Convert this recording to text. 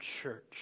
church